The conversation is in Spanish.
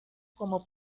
como